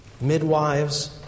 Midwives